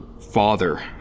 father